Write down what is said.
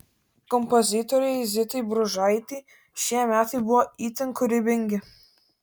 kompozitorei zitai bružaitei šie metai buvo itin kūrybingi